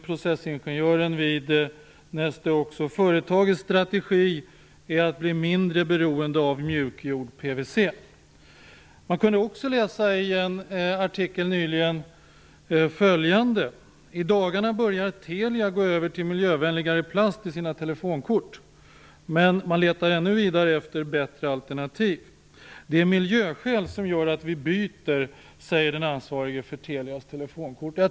Processingenjören vid Neste Oxo säger: "Företagets strategi är att bli mindre beroende av mjukgjord PVC." Man kunde också läsa följande i en artikel nyligen: "I dagarna börjar Telia gå över till miljövänligare plast i sina telefonkort. Men man letar vidare efter ännu bättre alternativ." "Det är miljöskäl som gör att vi byter", säger den ansvarige för Telias telefonkort.